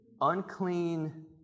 Unclean